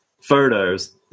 photos